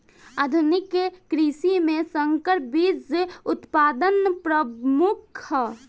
आधुनिक कृषि में संकर बीज उत्पादन प्रमुख ह